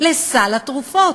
לסל התרופות.